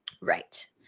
right